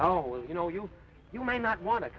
oh well you know you you may not want to